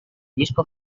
disco